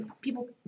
People